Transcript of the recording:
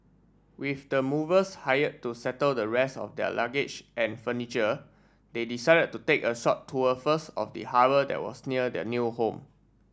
with the movers hired to settle the rest of their luggage and furniture they decided to take a short tour first of the harbour that was near their new home